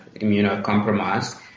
immunocompromised